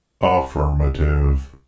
Affirmative